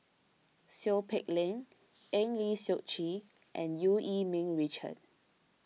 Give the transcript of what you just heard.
Seow Peck Leng Eng Lee Seok Chee and Eu Yee Ming Richard